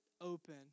open